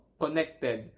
connected